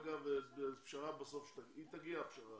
דרך אגב, תגיע הפשרה.